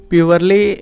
Purely